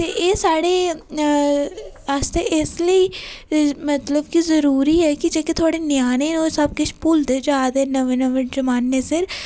ते एह् साढ़े आस्तै इस लेई मतलब कि जरूरी ऐ कि मतलब जेह्ड़े थोह्ड़े ञ्यानें न ओह् सबकिश भुल्लदे जा दे नमें जमाने सिर